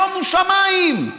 שומו שמיים.